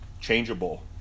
changeable